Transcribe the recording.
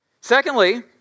Secondly